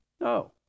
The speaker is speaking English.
No